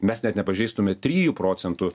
mes net nepažeistume trijų procentų